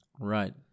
Right